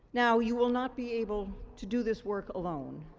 now, you will not be able to do this work alone.